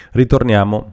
ritorniamo